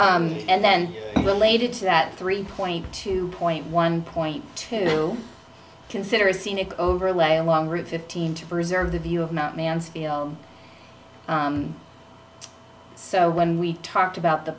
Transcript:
know and then related to that three point two point one point two consider a scenic overlay along route fifteen to preserve the view of not mansfield so when we talked about the